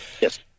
yes